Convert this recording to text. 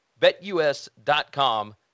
BetUS.com